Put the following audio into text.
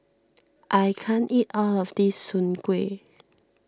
I can't eat all of this Soon Kuih